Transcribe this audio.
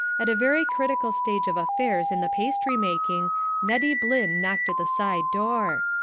at a very critical stage of affairs in the pastry-making, nettie blynn knocked at the side door.